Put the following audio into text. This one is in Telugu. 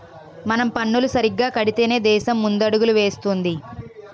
మనం పన్నులు సరిగ్గా కడితేనే దేశం ముందడుగులు వేస్తుంది